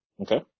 Okay